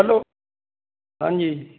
hello ਹਾਂਜੀ